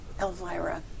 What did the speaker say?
Elvira